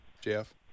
Jeff